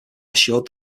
assured